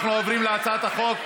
אנחנו עוברים להצעת החוק,